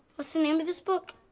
what's the name of this book?